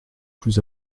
plus